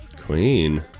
Queen